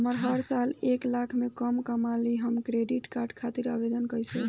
हम हर साल एक लाख से कम कमाली हम क्रेडिट कार्ड खातिर आवेदन कैसे होइ?